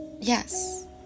Yes